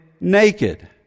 naked